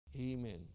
Amen